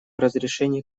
разрешении